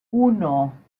uno